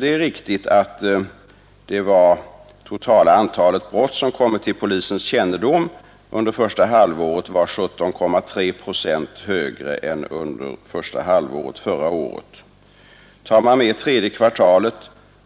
Det är riktigt att det totala antalet brott som kom till polisens kännedom under första halvåret i år var 17,3 procent högre än under första halvåret förra året. Tar man med tredje kvartalet